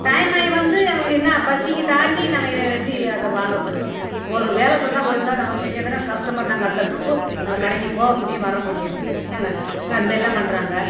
time ஆகி வந்து எங்களுக்கு என்ன பசியை தாண்டி நாங்கள் எப்படி அதை வாங்கறது ஒரு வேலை சொன்னால் ஒழுங்காக நாங்கள் செஞ்சால் தானே கஸ்டமர் நாங்கள் அடுத்த ட்ரிப்பு நாங்கள் கடைக்குப் போக முடியும் வர முடியும் ஏங்க அதுமாரிலாம் பண்றாங்க